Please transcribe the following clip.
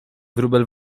wróbel